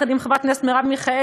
שחוקק יחד עם חברת הכנסת מרב מיכאלי